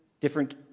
different